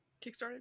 Kickstarted